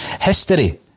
History